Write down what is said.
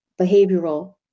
behavioral